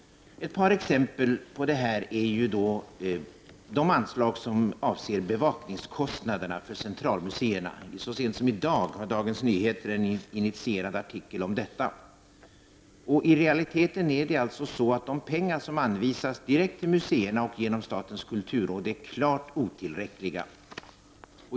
Ett exempel på detta är de anslag som avser bevakningskostnaderna för centralmuseerna. Så sent som i dag har Dagens Nyheter en initierad artikel om detta. I realiteten är de pengar som anvisas direkt till museerna och genom statens kulturråd klart otillräckliga.